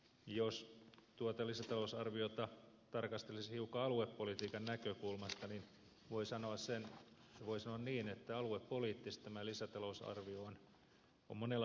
jos tuota lisätalousarviota tarkastelisi hiukan aluepolitiikan näkökulmasta niin voi sanoa niin että aluepoliittisesti tämä lisätalousarvio on monella tavalla myönteinen